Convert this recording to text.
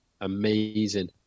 amazing